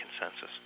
consensus